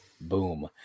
Boom